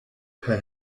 per